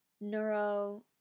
neuro